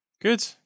Good